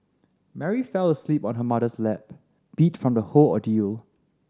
Mary fell asleep on her mother's lap beat from the whole ordeal